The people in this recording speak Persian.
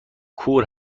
کور